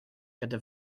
gyda